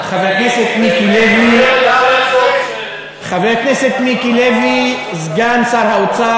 חבר הכנסת מיקי לוי, חבר הכנסת מיקי לוי, יש בעיה.